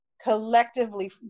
collectively